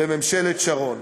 בממשלת שרון.